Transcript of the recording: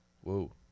whoa